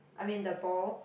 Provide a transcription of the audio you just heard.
I mean the ball